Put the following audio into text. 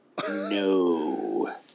No